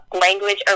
language